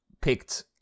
picked